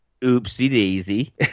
oopsie-daisy